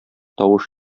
тавыш